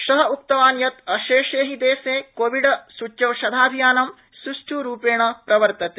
स उक्तवान् यत् अशेषे हि देशे कोविड सूच्यौषधाभियानं स्षठ्रूपेण प्रवर्तते